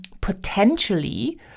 potentially